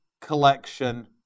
collection